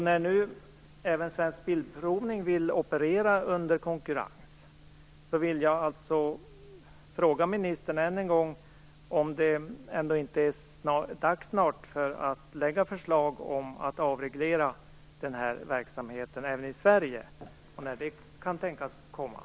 När nu även Svensk Bilprovning vill operera under konkurrens vill jag än en gång fråga ministern om det inte snart är dags att lägga fram förslag om att den här verksamheten skall avregleras även i Sverige. När kan det tänkas bli så?